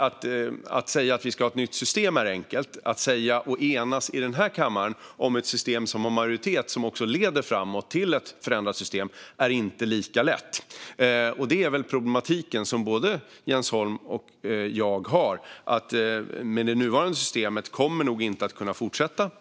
Att säga att vi ska ha ett nytt system är enkelt. Att enas i denna kammare om ett system som får majoritet och som också leder fram till ett förändrat system är inte lika lätt. Det är problematiken som både Jens Holm och jag har. Det nuvarande systemet kommer nog inte att kunna fortsätta.